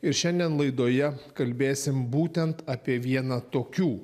ir šiandien laidoje kalbėsim būtent apie vieną tokių